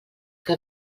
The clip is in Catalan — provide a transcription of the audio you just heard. que